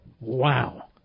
Wow